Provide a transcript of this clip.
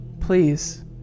please